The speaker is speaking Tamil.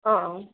ஆ ஆ